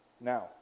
now